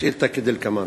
השאילתה היא כדלקמן: